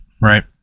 right